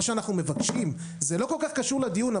מה שאנחנו מבקשים זה לא כל כך קשור לדיון,